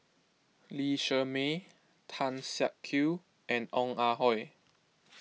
Lee Shermay Tan Siak Kew and Ong Ah Hoi